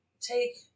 take